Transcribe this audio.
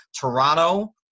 Toronto